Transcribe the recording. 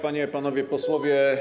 Panie i Panowie Posłowie!